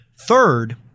Third